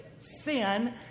sin